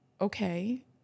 okay